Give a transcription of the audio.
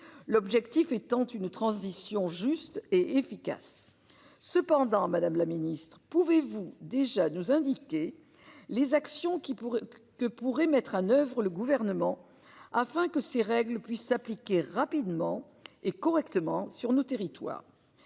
L'objectif étant une transition juste et efficace cependant Madame la Ministre, pouvez-vous déjà nous indiquer. Les actions qui pourrait que pourrait mettre à Oeuvres le gouvernement afin que ces règles puisse s'appliquer rapidement et correctement sur nos territoires.